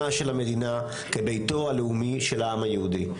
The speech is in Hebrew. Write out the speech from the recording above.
של המדינה כביתו הלאומי של העם היהודי.